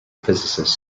physicist